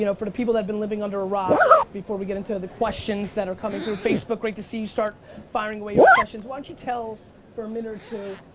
you know for the people that have been living under a rock before we get into the questions that are coming through facebook. great to see you start firing away your questions. why don't you tell for a minute or two,